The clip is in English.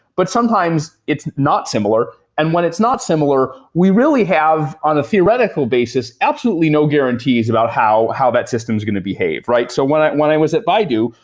but sometimes it's not similar. and when it's not similar, we really have on a theoretical basis, absolutely no guarantees about how how that system is going to behave, right? so when i when i was at baidu,